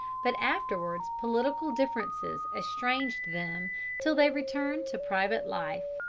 but afterwards political differences estranged them till they returned to private life.